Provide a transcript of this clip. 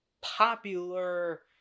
popular